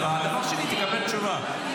דבר שני, תקבל תשובה.